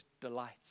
delights